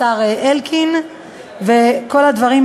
כן מצריכים